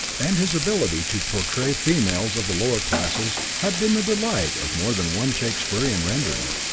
and his ability to portray females of the lower classes had been the delight of more than one shakespearean rendering.